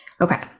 Okay